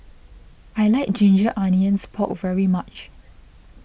I like Ginger Onions Pork very much